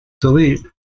delete